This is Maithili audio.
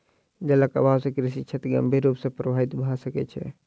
जलक अभाव से कृषि क्षेत्र गंभीर रूप सॅ प्रभावित भ सकै छै